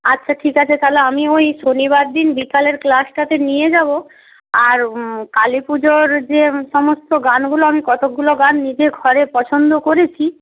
আচ্ছা ঠিক আছে তাহলে আমি ওই শনিবার দিন বিকেলের ক্লাসটাতে নিয়ে যাব আর কালী পুজোর যে সমস্ত গানগুলো আমি কতকগুলো গান নিজে ঘরে পছন্দ করেছি